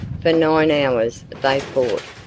for nine hours they fought,